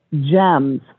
gems